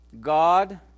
God